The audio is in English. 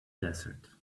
desert